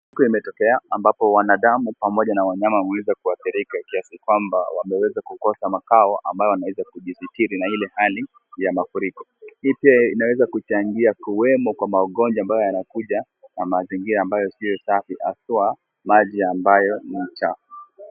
Mafuriko yametokea ambapo wanadamu pamoja na wanyama wameweza kuathirika kiasi kwamba wameweza kukosa makao ambayo wanaweza kujisitiri na hili hali ya mafuriko. Hii pia inaweza kuchangia kuwemo kwa magonjwa ambayo yanakuja na na mazingira ambayo sio safi haswa maji ambayo ni chafu.